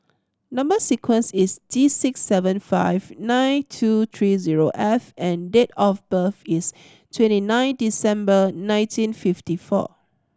number sequence is T six seven five nine two tree zero F and date of birth is twenty nine December nineteen fifty four